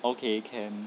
okay can